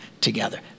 together